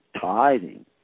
tithing